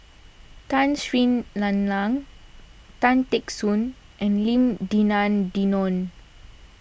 Tun Sri Lanang Tan Teck Soon and Lim Denan Denon